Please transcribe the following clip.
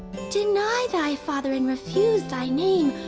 deny thy father and refuse thy name.